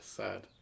sad